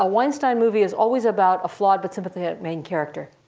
ah weinstein movie is always about a flawed but sympathetic main character.